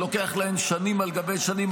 שלוקח להן שנים על גבי שנים.